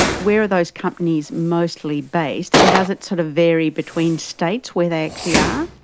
where are those companies mostly based and does it sort of vary between states, where they actually are?